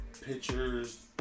pictures